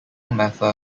mather